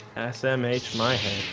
s mh my